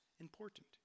important